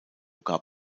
gab